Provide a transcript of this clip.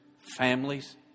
Families